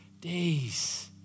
days